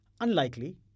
unlikely